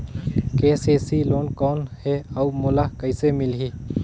KCC loan कौन हे अउ मोला कइसे मिलही?